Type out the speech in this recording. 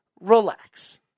Relax